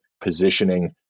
positioning